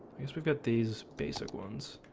i guess we've got these basic ones